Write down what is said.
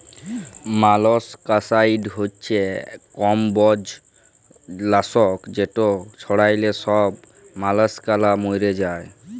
molluscicide হছে কমবজ লাসক যেট ছড়াল্যে ছব মলাসকালা ম্যইরে যায়